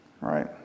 right